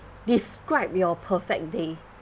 describe your perfect day